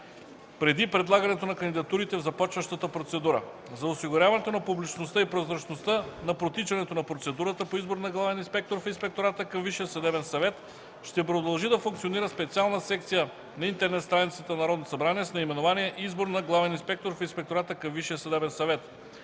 преди предлагането на кандидатурите в започващата процедура. За осигуряването на публичността и прозрачността на протичането на процедурата по избор на главен инспектор в Инспектората към Висшия съдебен съвет ще продължи да функционира специалната секция на интернет страницата на Народното събрание с наименование „Избор на главен инспектор в Инспектората към Висшия